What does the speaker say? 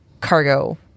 cargo